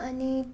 अनि